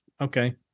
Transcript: Okay